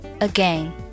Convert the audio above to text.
again